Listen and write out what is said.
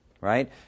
right